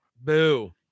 boo